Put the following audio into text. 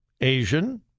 Asian